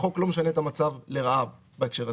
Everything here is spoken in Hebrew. החוק לא משנה את המצב לרעה בהקשר הזה.